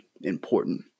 important